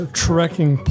trekking